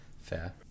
Fair